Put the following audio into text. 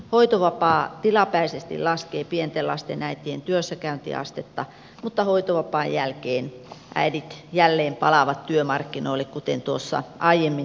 hoitovapaa tilapäisesti laskee pienten lasten äitien työssäkäyntiastetta mutta hoitovapaan jälkeen äidit jälleen palaavat työmarkkinoille kuten aiemmin jo tuossa mainitsin